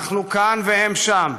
אנחנו כאן והם שם,